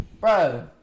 bro